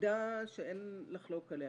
עובדה שאין לחלוק עליה.